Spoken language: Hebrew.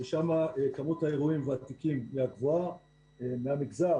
שם כמות האירועים והתיקים מהגבוהה מהמגזר.